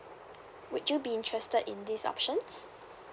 would you be interested in these options